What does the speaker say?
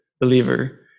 believer